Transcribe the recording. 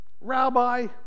Rabbi